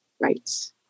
Right